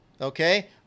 Okay